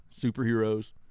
superheroes